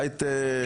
הייטק?